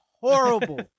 horrible